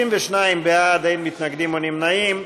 32 בעד, אין מתנגדים ואין נמנעים.